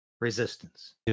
resistance